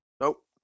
nope